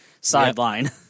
sideline